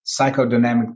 Psychodynamic